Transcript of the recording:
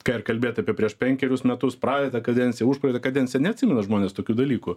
ką ir kalbėt apie prieš penkerius metus praeitą kadenciją užpraeitą kadenciją neatsimena žmonės tokių dalykų